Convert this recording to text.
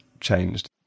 changed